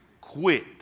quit